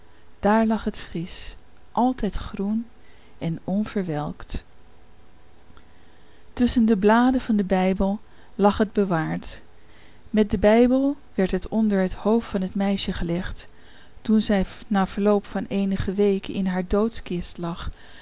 daar lag het frisch altijd groen en onverwelkt tusschen de bladen van den bijbel lag het bewaard met den bijbel werd het onder het hoofd van het meisje gelegd toen zij na verloop van eenige weken in haar doodkist lag